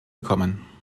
gekommen